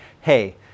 hey